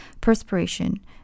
perspiration